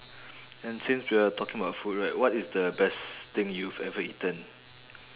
and since we are talking about food right what is the best thing you've ever eaten